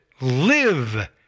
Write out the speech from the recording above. live